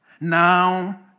Now